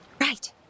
Right